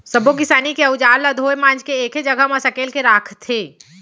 सब्बो किसानी के अउजार ल धोए मांज के एके जघा म सकेल के राखथे